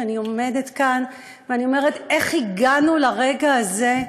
שאני עומדת כאן ואני אומרת: איך הגענו לרגע הזה,